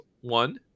one